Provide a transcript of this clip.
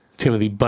timothy